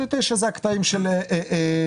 9-8 זה הקטעים של צומת